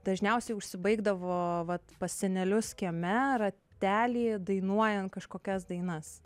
dažniausiai užsibaigdavo vat pas senelius kieme rately dainuojant kažkokias dainas